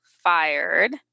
fired